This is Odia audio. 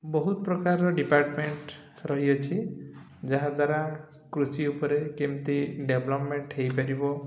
ବହୁତ ପ୍ରକାରର ଡିପାର୍ଟମେଣ୍ଟ ରହିଅଛି ଯାହାଦ୍ୱାରା କୃଷି ଉପରେ କେମିତି ଡେଭଲପ୍ମେଣ୍ଟ ହେଇପାରିବ